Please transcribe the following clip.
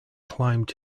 climbed